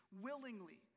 willingly